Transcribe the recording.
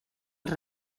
els